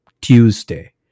Tuesday